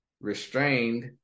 restrained